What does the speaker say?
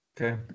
Okay